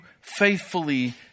Faithfully